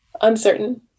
uncertain